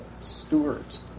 Stewards